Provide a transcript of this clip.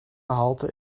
halte